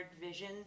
vision